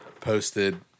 Posted